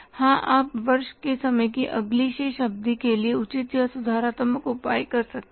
हां आप वर्ष के समय की अगली शेष अवधि के लिए उचित या सुधारात्मक उपाय कर सकते हैं